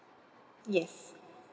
yes